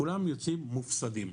כולם יוצאים מופסדים.